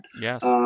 Yes